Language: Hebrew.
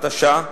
התש"ע,